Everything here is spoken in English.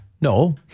No